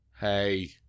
Hey